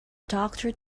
doctor